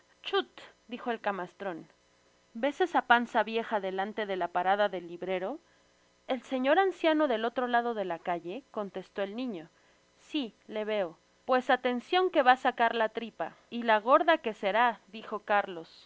dijo el camastron ves esa panza vieja delante de la parada del librero el señor anciano del otro lado de la calle contestó el niño si le veo pues atencion que va sacar la tripa y gorda que será dijo carlos